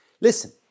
listen